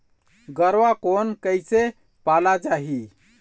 गरवा कोन कइसे पाला जाही?